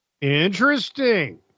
Interesting